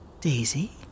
Daisy